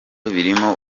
birimo